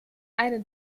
eine